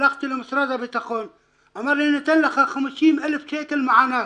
הלכתי למשרד הביטחון והוא אמר לי: "אתן לך 50,000 שקל מענק".